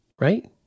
Right